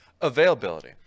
Availability